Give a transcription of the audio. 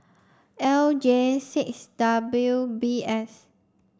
L J six W B S